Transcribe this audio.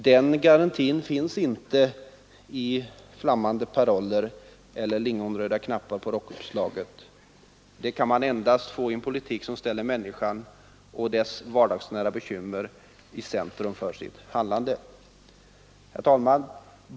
Den garantin finns inte i flammande paroller eller i lingonröda knappar på rockslagen; den kan man endast få med en politik som ställer människan och människans vardagsnära bekymmer i centrum för sitt handlande. Herr talman!